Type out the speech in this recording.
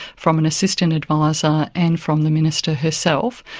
from an assistant adviser and from the minister herself,